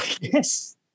Yes